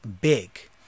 big